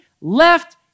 left